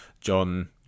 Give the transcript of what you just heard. John